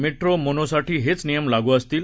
metro mono साठी हेच नियम लागू असतील